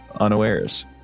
unawares